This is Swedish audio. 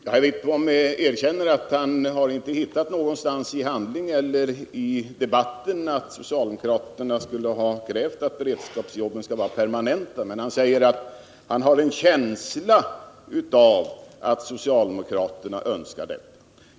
Fru talman! Bengt Wittbom erkänner att han inte någonstans i handlingarna eller i debatten har funnit att socialdemokraterna kräver att beredskapsjobben skall permanentas. Men han säger att han har en känsla av att socialdemokraterna önskar detta.